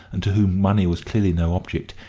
and to whom money was clearly no object,